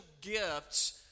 gifts